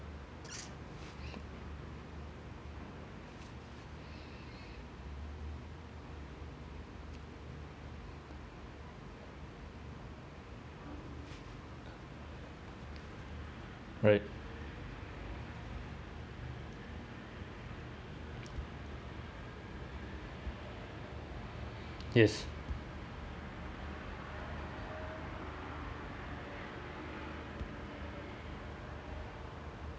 right yes